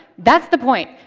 that's the point.